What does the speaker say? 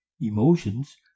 emotions